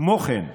כמו כן,